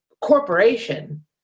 corporation